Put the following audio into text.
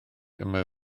dyma